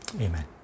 amen